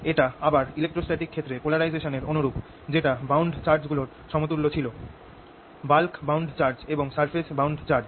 এটা আবার ইলেক্ট্রোস্ট্যাটিক ক্ষেত্রে পোলারাইজেশনের অনুরূপ যেটা বাউন্ড চার্জ গুলোর সমতুল্য ছিল বাল্ক বাউন্ড চার্জ এবং সারফেস বাউন্ড চার্জ